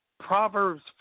Proverbs